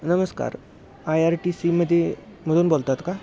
नमस्कार I R T C मध्ये मधून बोलतात का